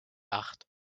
acht